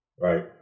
right